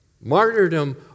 martyrdom